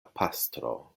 pastro